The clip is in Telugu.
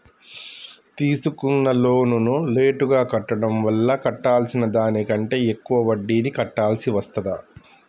తీసుకున్న లోనును లేటుగా కట్టడం వల్ల కట్టాల్సిన దానికంటే ఎక్కువ వడ్డీని కట్టాల్సి వస్తదా?